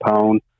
pound